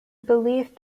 belief